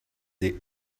des